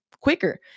quicker